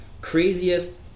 craziest